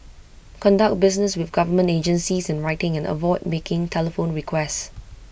conduct business with government agencies in writing and avoid making telephone requests